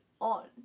on